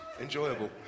enjoyable